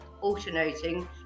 alternating